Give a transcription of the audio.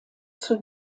zur